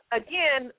again